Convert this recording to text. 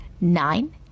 nine